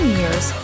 years